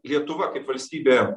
lietuva kaip valstybė